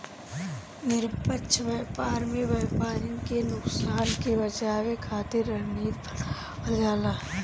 निष्पक्ष व्यापार में व्यापरिन के नुकसान से बचावे खातिर रणनीति बनावल जाला